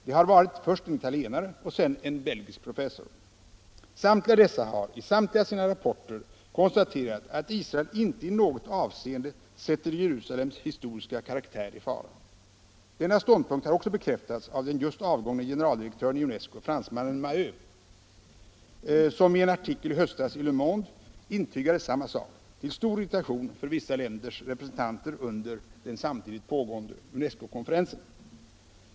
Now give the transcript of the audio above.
Det har varit först en italienare och sedan en belgisk professor. Samtliga dessa har i samtliga sina rapporter konstaterat att Israel inte i något avseende sätter Jerusalems historiska karaktär i fara. Denna ståndpunkt har också bekräftats av den just avgångne generaldirektören i UNESCO, fransmannen Maheu, som i en artikel i höstas i Le Monde intygade samma sak till stor irritation för vissa länders representanter under den samtidigt pågående UNESCO-konferensen.